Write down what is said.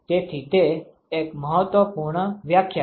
તેથી તે એક મહત્વપૂર્ણ વ્યાખ્યા છે